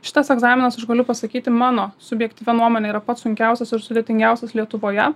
šitas egzaminas aš galiu pasakyti mano subjektyvia nuomone yra pats sunkiausias ir sudėtingiausias lietuvoje